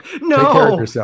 no